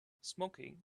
smoking